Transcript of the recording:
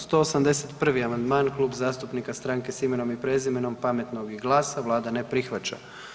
181. amandman Klub zastupnika Stranke s imenom i prezimenom, Pametnog i GLAS-a vlada ne prihvaća.